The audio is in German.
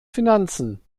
finanzen